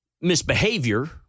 misbehavior